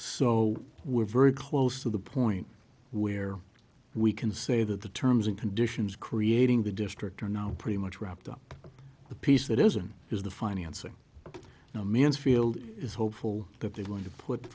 so we're very close to the point where we can say that the terms and conditions creating the district are now pretty much wrapped up the piece that isn't is the financing now mansfield is hopeful that they're going to put the